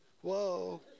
Whoa